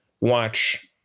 watch